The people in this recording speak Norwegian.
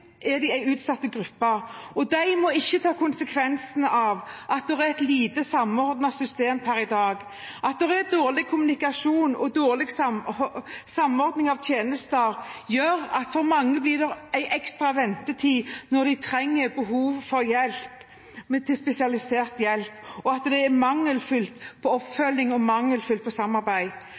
og at de ikke må ta konsekvensene av at det er et lite samordnet system per i dag. At det er dårlig kommunikasjon og dårlig samordning av tjenester, gjør at det for mange blir ekstra ventetid når de trenger og har behov for hjelp, spesialisert hjelp. Det er også mangelfullt med hensyn til oppfølging og samarbeid. Derfor er